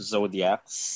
Zodiacs